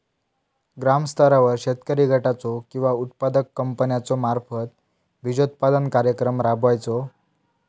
ग्रामस्तरावर शेतकरी गटाचो किंवा उत्पादक कंपन्याचो मार्फत बिजोत्पादन कार्यक्रम राबायचो?